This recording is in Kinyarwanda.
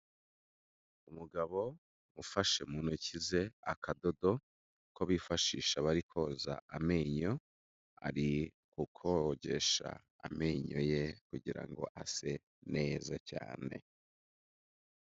Umugabo ufashe mu ntoki ze akadodo, ako bifashisha bari koza amenyo, ari kukogesha amenyo ye kugira ngo ase neza cyane.